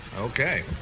Okay